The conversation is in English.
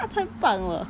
太棒了